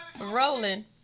rolling